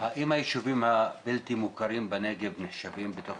האם היישובים הבלתי מוכרים בנגב נחשבים בתוך